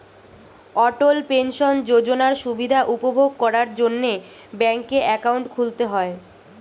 অটল pension যোজনার সুবিধা উপভোগ করার জন্যে ব্যাংকে অ্যাকাউন্ট খুলতে হয়